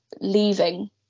leaving